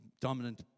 dominant